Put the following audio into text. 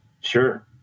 Sure